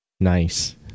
Nice